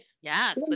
yes